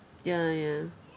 ya ya